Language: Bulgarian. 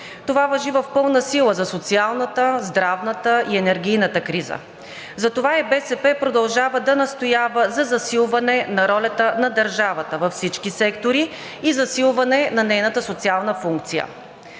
Това важи в пълна сила за социалната, здравната и енергийната криза, затова и БСП продължава да настоява за засилване на ролята на държавата във всички сектори и засилване на нейната социална функция.